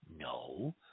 No